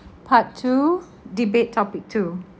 part two debate topic two